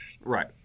right